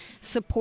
support